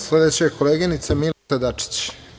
Sledeća je koleginica Milica Dačić.